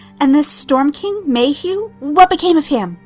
and this storm king. mayhew. what became of him?